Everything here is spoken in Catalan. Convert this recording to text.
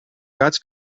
gats